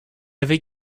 avec